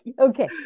Okay